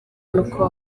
nuko